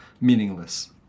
meaningless